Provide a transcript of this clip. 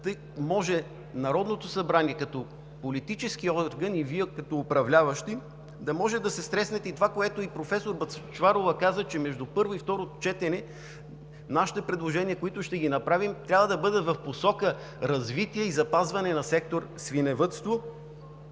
да може Народното събрание като политически орган и Вие като управляващи да може да се стреснете и това, което професор Бъчварова каза, че между първо и второ четене нашите предложения, които ще направим, трябва да бъдат в посока развитие и запазване на сектор „Свиневъдство“.